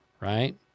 Right